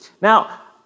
Now